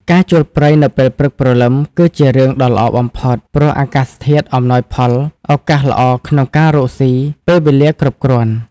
ការចូលព្រៃនៅពេលព្រឹកព្រលឹម គឺជារឿងដ៏ល្អបំផុត ព្រោះ អាកាសធាតុអំណោយផល ឱកាសល្អក្នុងការរកស៊ី ពេលវេលាគ្រប់គ្រាន់ ។